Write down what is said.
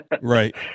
Right